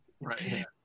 right